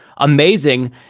amazing